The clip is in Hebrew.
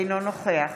אינו נוכח